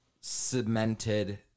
cemented